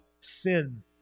Sin